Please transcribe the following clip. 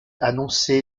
annoncé